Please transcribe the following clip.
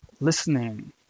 listening